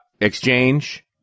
Exchange